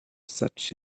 such